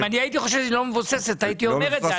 אם אני הייתי חושב שהיא לא מבוססת הייתי אומר את זה,